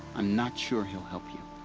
i'm not sure he'll help you.